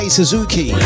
Suzuki